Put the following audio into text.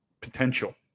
potential